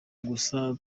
gusa